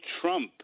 Trump